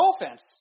offense